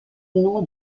nom